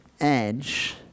edge